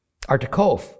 Artakov